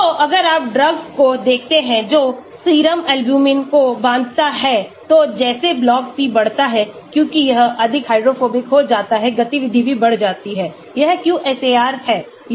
तो अगर आप ड्रग्स को देखते हैं जो सीरम एल्ब्यूमिन को बांधता है तो जैसे log p बढ़ता है क्योंकि यह अधिक हाइड्रोफोबिक हो जाता है गतिविधि भी बढ़ जाती है यह QSAR है